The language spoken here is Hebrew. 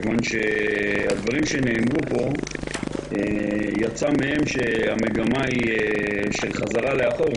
מכיוון שמהדברים שנאמרו פה יצא כאילו המגמה היא חזרה לאחור.